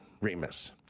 Remus